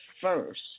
first